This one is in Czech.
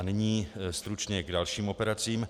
Nyní stručně k dalším operacím.